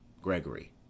Gregory